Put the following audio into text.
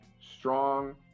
strong